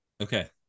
Okay